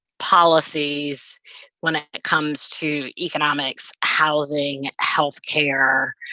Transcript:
policies when ah it comes to economics, housing, health care,